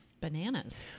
Bananas